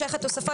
למשך עשרים